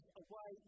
away